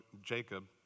Jacob